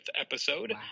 episode